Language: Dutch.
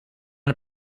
dat